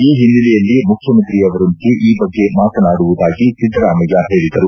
ಈ ಹಿನ್ನೆಲೆಯಲ್ಲಿ ಮುಖ್ಯಮಂತ್ರಿಯವರೊಂದಿಗೆ ಈ ಬಗ್ಗೆ ಮಾತನಾಡುವುದಾಗಿ ಸಿದ್ದರಾಮಯ್ಯ ಹೇಳಿದರು